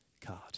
card